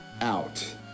out